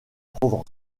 provence